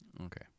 Okay